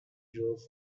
drove